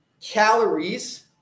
calories